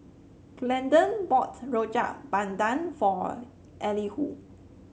Glendon bought Rojak Bandung for Elihu